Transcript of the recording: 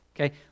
Okay